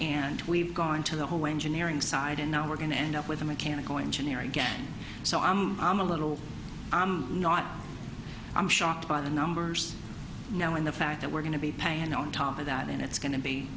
and we've gone into the whole engineering side and now we're going to end up with a mechanical engineer again so i am i'm a little i'm not i'm shocked by the numbers now and the fact that we're going to be paying on top of that and it's go